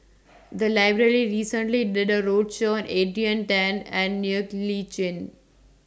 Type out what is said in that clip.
The Library recently did A roadshow Adrian Tan and Ng Li Chin